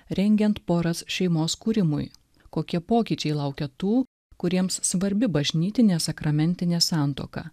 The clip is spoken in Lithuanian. rengiant poras šeimos kūrimui kokie pokyčiai laukia tų kuriems svarbi bažnytinė sakramentinė santuoka